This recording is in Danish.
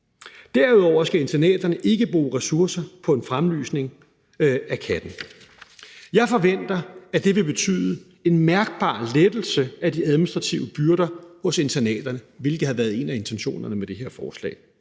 Derudover skal internaterne ikke bruge ressourcer på en fremlysning af katten. Jeg forventer, at det vil betyde en mærkbar lettelse af de administrative byrder hos internaterne, hvilket har været en af intentionerne med det her forslag.